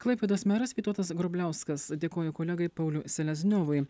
klaipėdos meras vytautas grubliauskas dėkoju kolegai pauliui selezniovui